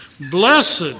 Blessed